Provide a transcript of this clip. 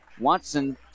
Watson